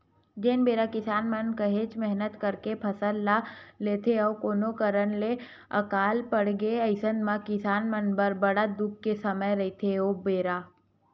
जेन बेरा किसान मन काहेच मेहनत करके फसल ल लेथे अउ कोनो कारन ले अकाल पड़गे अइसन म किसान मन बर बड़ दुख के समे रहिथे ओ बेरा